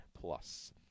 Plus